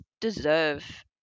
deserve